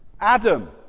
Adam